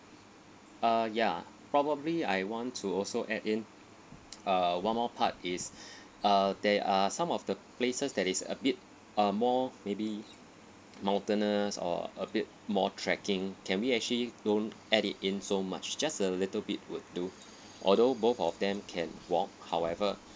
uh ya probably I want to also add in uh one more part is uh there are some of the places that is a bit uh more maybe mountainous or a bit more trekking can we actually don't add it in so much just a little bit would do although both of them can walk however